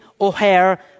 O'Hare